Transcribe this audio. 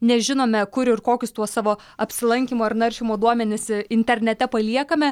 nežinome kur ir kokius tuos savo apsilankymo ar naršymo duomenis internete paliekame